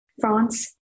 France